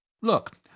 Look